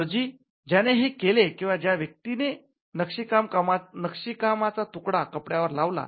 दर्जी ज्याने हे केले किंवा ज्या व्यक्तीने नक्षी कामाचा तुकडा कपड्यावर लावला